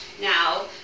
Now